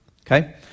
Okay